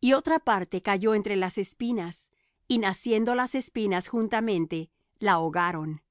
y otra parte cayó entre las espinas y naciendo las espinas juntamente la ahogaron